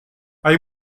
hay